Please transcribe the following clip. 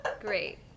great